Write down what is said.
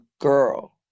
girl